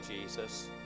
Jesus